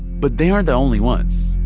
but they aren't the only ones.